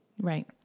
Right